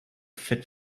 fit